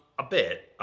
a bit.